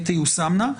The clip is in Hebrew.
תיושמנה.